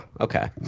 okay